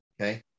okay